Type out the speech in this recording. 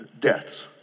Deaths